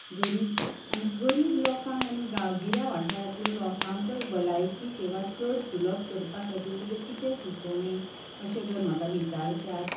गरीब आनी गरीब लोकांक आनी गांवगिऱ्या वाठारांतल्या लोकांकूय भलायकी सेवा चड सुलभ करपा खातीर तुज्यो कितें सुचोवण्यो अशें जर म्हाका विचारशात